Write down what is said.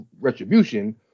retribution